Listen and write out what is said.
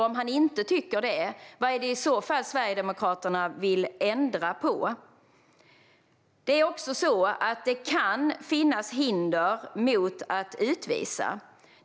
Om han inte tycker det, vad är det i så fall Sverigedemokraterna vill ändra på? Det kan också finnas hinder för att utvisa.